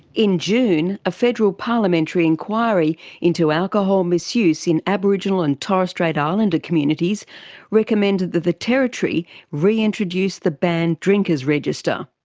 in june, a federal parliamentary inquiry into alcohol misuse in aboriginal and torres strait islander communities recommended that the territory reintroduce the banned drinkers register,